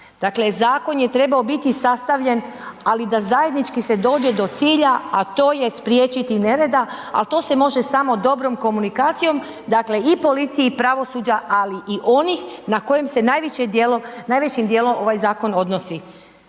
Dakle, zakon je trebao biti sastavljen, ali da zajednički se dođe do cilja, a to je spriječiti nereda, ali to se može samo dobrom komunikacijom. Dakle i policiji i pravosuđa, ali i onih na kojem se najvećim dijelom ovaj zakon odnosi.